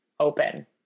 open